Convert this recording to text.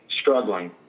struggling